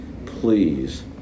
please